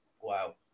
wow